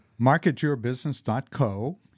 marketyourbusiness.co